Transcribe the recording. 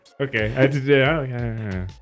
Okay